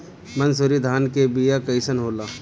मनसुरी धान के बिया कईसन होला?